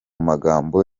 magambo